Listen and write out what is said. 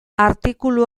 artikulu